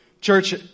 Church